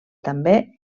també